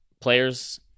players